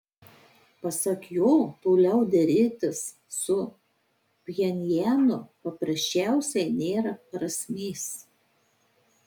pasak jo toliau derėtis su pchenjanu paprasčiausiai nėra prasmės